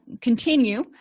continue